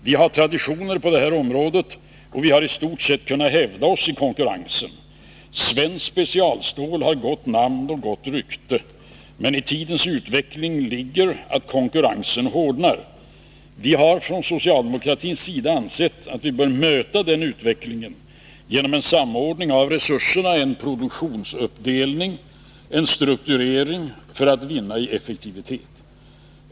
Vi har traditioner på det här området, och vi har istort sett kunnat hävda oss i konkurrensen. Svenskt specialstål har gott namn och gott rykte, men i tidens utveckling ligger att konkurrensen hårdnar. Vi har från socialdemokratins sida ansett att vi bör möta den utvecklingen genom en samordning av resurserna, en produktionsuppdelning och strukturering för att vinna i effektivitet.